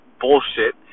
bullshit